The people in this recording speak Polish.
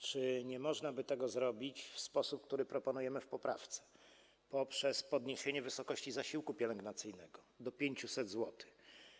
Czy nie można by tego zrobić w sposób, który proponujemy w poprawce - poprzez podniesienie wysokości zasiłku pielęgnacyjnego do 500 zł?